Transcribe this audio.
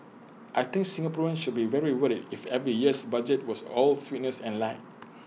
I think Singaporeans should be very worried if every year's budget was all sweetness and light